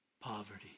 poverty